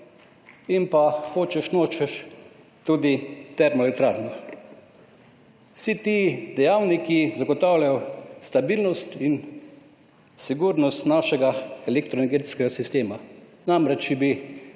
in pa hočeš nočeš tudi termoelektrarno. Vsi ti dejavniki zagotavljajo stabilnost in sigurnost našega elektroenergetskega sistema. namreč če